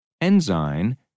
Enzyme